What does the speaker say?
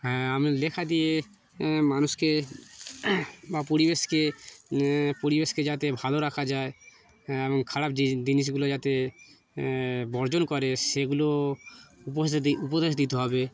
হ্যাঁ আমি লেখা দিয়ে মানুষকে বা পরিবেশকে পরিবেশকে যাতে ভালো রাখা যায় এবং খারাপ জিনিসগুলো যাতে বর্জন করে সেগুলো উপোসোদি উপদেশ দিতে হবে